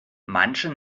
manche